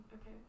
Okay